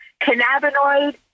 cannabinoid